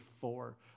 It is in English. four